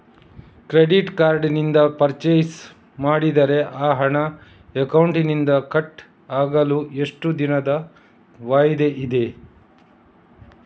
Credit card ನಿಂದ purchase ಮಾಡಿದರೆ ಆ ಹಣ ಅಕೌಂಟಿನಿಂದ ಕಟ್ ಆಗಲು ಎಷ್ಟು ದಿನದ ವಾಯಿದೆ ಇದೆ?